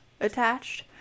attached